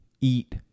eat